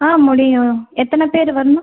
ஆ முடியும் எத்தனை பேர் வரணும்